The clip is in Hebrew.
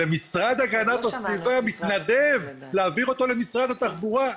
והמשרד להגנת הסביבה מתנדב להעביר אותו למשרד התחבורה.